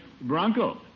Bronco